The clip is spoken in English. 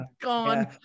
gone